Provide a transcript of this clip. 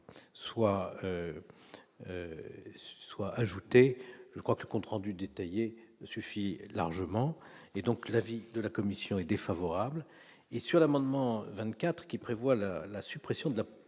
soit. Soit ajouté, je crois que compte rendu détaillé suffit largement, et donc l'avis de la commission est défavorable et sur l'amendement 24 qui prévoit la la suppression de la